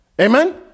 Amen